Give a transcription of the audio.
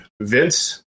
Vince